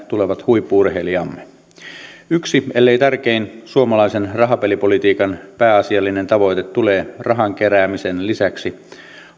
tulevat huippu urheilijamme yhden ellei tärkeimmän suomalaisen rahapelipolitiikan pääasiallisen tavoitteen tulee rahankeräämisen lisäksi